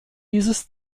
dieses